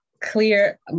clear